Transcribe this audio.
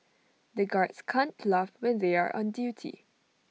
the guards can't laugh when they are on duty